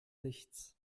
nichts